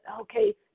okay